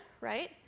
right